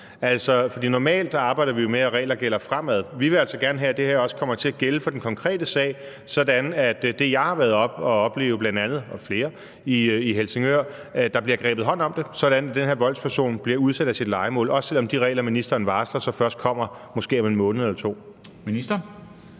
normalt arbejder vi jo med, at regler gælder fremadrettet, men vi vil altså gerne have, at det her også kommer til at gælde for den konkrete sag – en sag, som jeg og flere andre har været oppe i Helsingør for at høre om – sådan at der bliver taget hånd om det og den her voldsperson bliver udsat af sit lejemål, også selv om de regler, ministeren varsler, måske først kommer om en måned eller to.